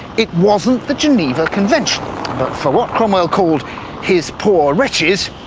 it wasn't the geneva convention, but for what cromwell called his poor wretches,